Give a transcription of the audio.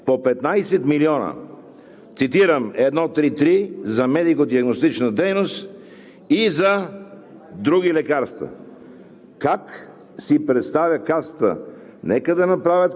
едни и същи като обем предложения по 15 милиона – цитирам – „1.3.3 за „Медико-диагностична дейност“, и за „Други лекарства“.